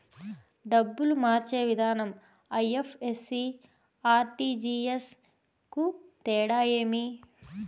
డబ్బులు మార్చే విధానం ఐ.ఎఫ్.ఎస్.సి, ఆర్.టి.జి.ఎస్ కు తేడా ఏమి?